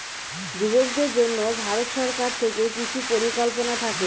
যুবকদের জন্য ভারত সরকার থেকে কিছু পরিকল্পনা থাকে